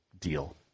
deal